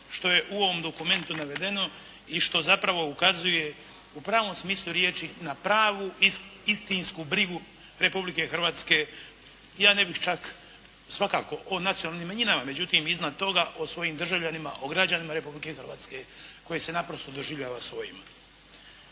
što je u ovom dokumentu navedeno i što zapravo ukazuje u pravom smislu riječi na pravu istinsku brigu Republike Hrvatske. Ja ne bih čak svakako o nacionalnim manjinama. Međutim, iznad toga o svojim državljanima, o građanima Republike Hrvatske koji se naprosto doživljava svojima.